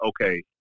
okay